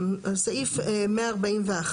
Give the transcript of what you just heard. (29) בסעיף 141